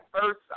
first